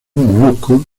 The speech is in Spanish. moluscos